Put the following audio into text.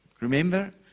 remember